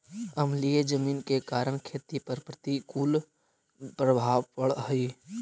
अम्लीय जमीन के कारण खेती पर प्रतिकूल प्रभाव पड़ऽ हइ